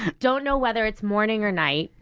don't know whether it's morning or night.